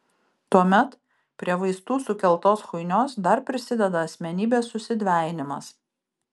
tuomet prie vaistų sukeltos chuinios dar prisideda asmenybės susidvejinimas